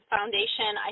Foundation